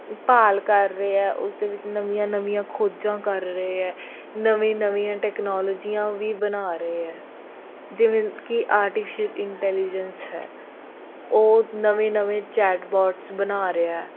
ਭਾਲ ਕਰ ਰਹੇ ਆ ਉਸ ਦੇ ਵਿੱਚ ਨਵੀਆਂ ਨਵੀਆਂ ਖੋਜਾਂ ਕਰ ਰਹੇ ਹੈ ਨਵੇਂ ਨਵੀਆਂ ਟੈਕਨੋਲਜੀਆਂ ਵੀ ਬਣਾ ਰਹੇ ਹੈ ਜਿਵੇਂ ਕਿ ਆਰਟੀਫੀਸ਼ਿਅਲ ਇੰਟੈਲੀਜਸ ਹੈ ਉਹ ਨਵੇਂ ਨਵੇਂ ਚੈਟ ਬੋਟਸ ਬਣਾ ਰਿਹਾ